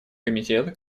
комитет